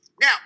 now